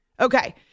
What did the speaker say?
Okay